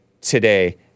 today